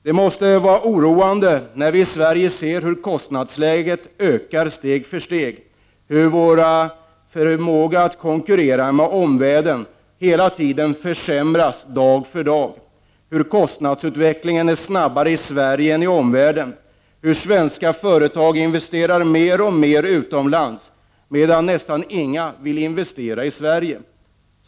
Det måste vara oroande när vi i Sverige ser hur kostnadsläget steg för steg ökar, hur vår förmåga att konkurrera med omvärlden försämras dag för dag, hur mycket snabbare kostnadsutvecklingen är i Sverige än i omvärlden, hur svenska företag investerar mer och mer utomlands, medan nästan ingen vill investera i Sverige.